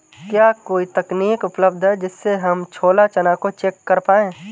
क्या कोई तकनीक उपलब्ध है जिससे हम छोला चना को चेक कर पाए?